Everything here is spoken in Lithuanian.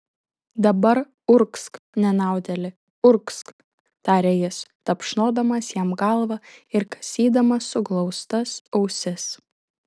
dabar urgzk nenaudėli urgzk tarė jis tapšnodamas jam galvą ir kasydamas suglaustas ausis